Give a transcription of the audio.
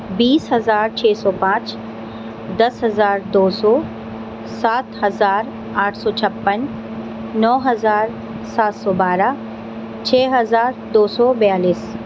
بیس ہزار چھ سو پانچ دس ہزار دو سو سات ہزار آٹھ سو چھپن نو ہزار سات سو بارہ چھ ہزار دو سو بیالیس